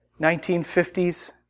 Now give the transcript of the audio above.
1950s